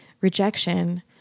rejection